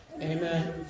amen